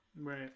Right